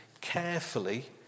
carefully